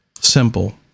simple